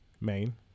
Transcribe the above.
main